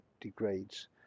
degrades